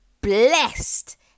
blessed